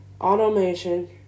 automation